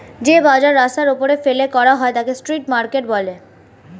যে বাজার রাস্তার ওপরে ফেলে করা হয় তাকে স্ট্রিট মার্কেট বলে